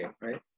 right